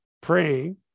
praying